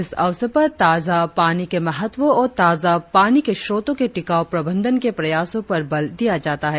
इस अवसर पर ताजा पानी के महत्व और ताजा पानी के स्रोतो के टिकाऊ प्रबंधन के प्रयासों पर बल दिया जाता है